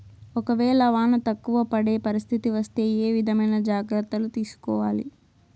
ఒక వేళ వాన తక్కువ పడే పరిస్థితి వస్తే ఏ విధమైన జాగ్రత్తలు తీసుకోవాలి?